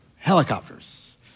helicopters